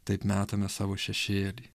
taip metame savo šešėlį